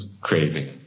craving